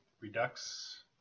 Redux